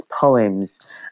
poems